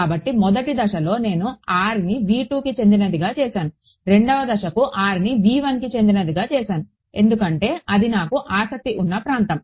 కాబట్టి 1వ దశలో నేను r ని కు చెందినదిగా చేసాను 2వ దశకు rని కి చెందినదిగా చేసాను ఎందుకంటే అది నాకు ఆసక్తి ఉన్న ప్రాంతం